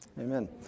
Amen